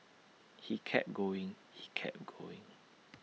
he kept going he kept going